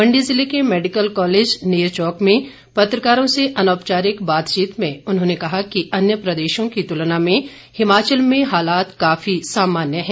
मण्डी ज़िले के medical college Nerchowk में पत्रकारों से अनौपचारिक बातचीत में उन्होंने कहा कि अन्य प्रदेशों की तुलना में हिमाचल में हालात काफी सामान्य हैं